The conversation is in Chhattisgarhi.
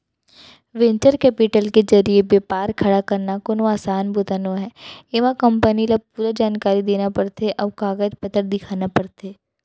वेंचर केपिटल के जरिए बेपार खड़ा करना कोनो असान बूता नोहय एमा कंपनी ल पूरा जानकारी देना परथे अउ कागज पतर दिखाना परथे